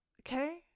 okay